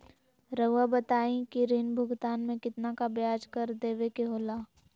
रहुआ बताइं कि ऋण भुगतान में कितना का ब्याज दर देवें के होला?